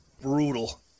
Brutal